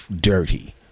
dirty